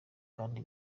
kandi